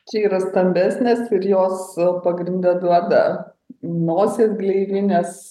čia yra stambesnės ir jos pagrinde duoda nosies gleivinės